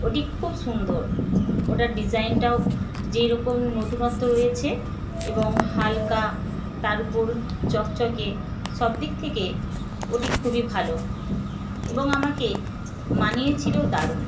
ওটি খুব সুন্দর ওটার ডিজাইনটাও যেইরকম নতুনত্ব রয়েছে এবং হালকা তার উপর চকচকে সবদিক থেকে ওটি খুবই ভালো এবং আমাকে মানিয়েছিলও দারুন